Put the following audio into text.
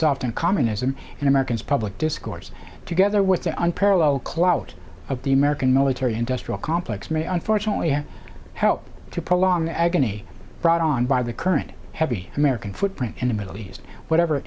on communism and american public discourse together with the un parallel clout of the american military industrial complex may unfortunately have helped to prolong the agony brought on by the current heavy american footprint in the middle east whatever